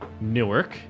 Newark